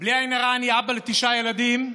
בלי עין הרע, אני אבא לתשעה ילדים,